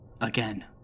again